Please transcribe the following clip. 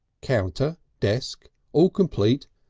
counter. desk. all complete.